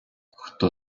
хто